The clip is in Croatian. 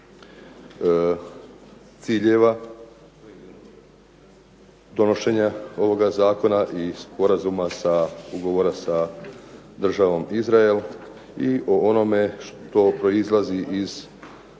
ciljeva donošenja ovog zakona i sporazuma sa, ugovora sa Državom Izrael i o onome što proizlazi iz ovoga